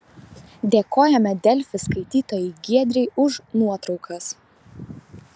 dėkojame delfi skaitytojai giedrei už nuotraukas